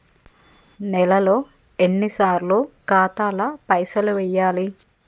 నెలలో ఎన్నిసార్లు ఖాతాల పైసలు వెయ్యాలి?